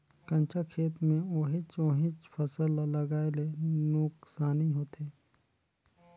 कंचा खेत मे ओहिच ओहिच फसल ल लगाये ले नुकसानी होथे